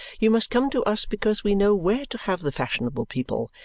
you must come to us, because we know where to have the fashionable people,